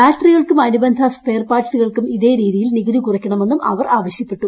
ബാറ്ററികൾക്കും അനുബന്ധ സ്പെയർ പാർട്സ്സുകൾക്കും ഇതേ രീതിയിൽ നികുതി കുറയ്ക്കണമെന്നും അവർ ആവശ്യപ്പെട്ടു